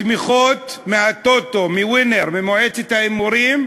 התמיכות מה"טוטו", מ"ווינר", ממועצת ההימורים,